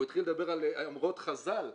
והוא התחיל לדבר על אמרות חז"ל,